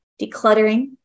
decluttering